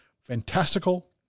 fantastical